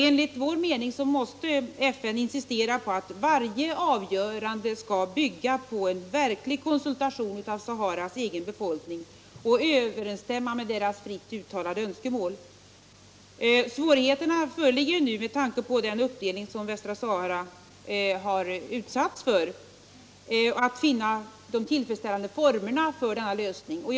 Enligt den svenska regeringens mening måste FN insistera på att varje avgörande skall bygga på en verklig konsultation av Saharas egen befolkning och överensstämma med dess fritt uttalade önskemål. Svårigheter föreligger ju nu, med tanke på den uppdelning som Västra Sahara har utsatts för, att finna de tillfredsställande formerna för den här lösningen.